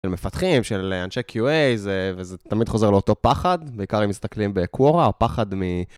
של מפתחים, של אנשי QA, וזה תמיד חוזר לאותו פחד, בעיקר אם מסתכלים בקוורה, פחד מ...